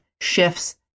shifts